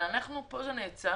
אבל פה זה נעצר,